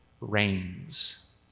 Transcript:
reigns